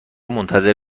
منتظر